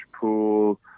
pool